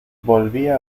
volvía